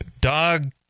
Dog